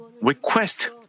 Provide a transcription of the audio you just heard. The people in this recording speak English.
request